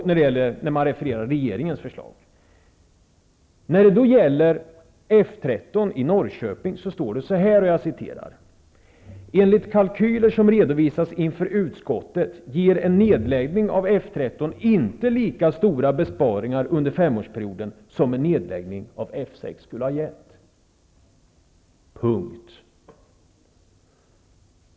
När det gäller nedläggningen av F 13 i Norrköping skriver man: ''Enligt kalkyler som redovisats inför utskottet ger en nedläggning av F 13 inte lika stora besparingar under femårsperioden som en nedläggning av F 6 skulle ha gett.''